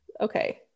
okay